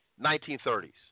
1930s